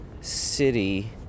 city